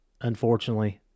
unfortunately